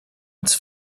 its